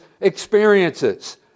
experiences